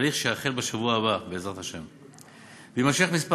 הליך שיחל בשבוע הבא, בעזרת השם, ויימשך כמה ימים.